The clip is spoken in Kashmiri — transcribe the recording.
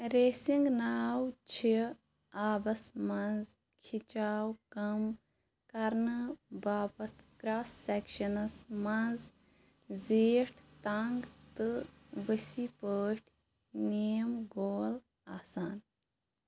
ریسِنٛگ ناو چھِ آبَس منٛز کھِچاو کَم کَرنہٕ باپتھ کرٛاس سیکشنَس منٛز زیٖٹھ تنٛگ تہٕ ؤسیع پٲٹھۍ نیٖم گول آسان